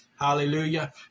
Hallelujah